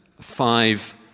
five